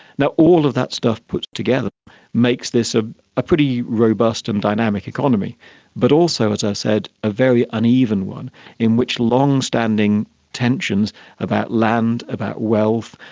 all of that stuff put together makes this ah a pretty robust and dynamic economy but also, as i said, a very uneven one in which long-standing tensions about land, about wealth,